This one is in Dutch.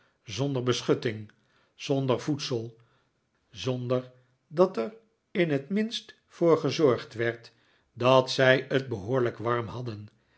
zonder beschutting zonder voedsel zonder dat er in t minst voor gezorgd werd dat zij t behoorlijk warm hadden